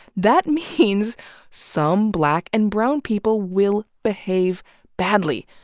that means some black and brown people will behave badly.